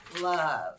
love